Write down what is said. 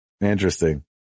Interesting